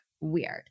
weird